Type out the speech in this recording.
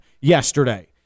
yesterday